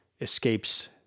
escapes